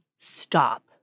Stop